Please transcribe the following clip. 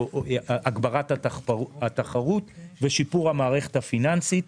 הגברת התחרות ושיפור המערכת הפיננסית.